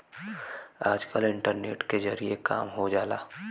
आजकल इन्टरनेट के जरिए काम हो जाला